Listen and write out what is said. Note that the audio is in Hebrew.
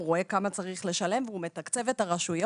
הוא רואה כמה צריך לשלם והוא מתקצב את הרשויות